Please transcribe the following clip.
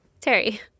Terry